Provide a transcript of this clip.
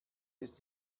ist